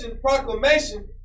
Proclamation